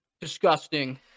Disgusting